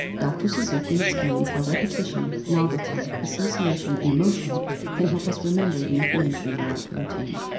dr. suzuki explains how repetition, novelty, association and emotion can help us remember the information we want to retain.